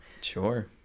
Sure